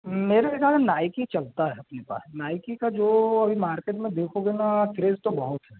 मेरे यहाँ नाइकी चलता है अपने पास नाइकी का जो अभी मार्किट में देखोगे न क्रेज़ तो बहुत है